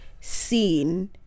seen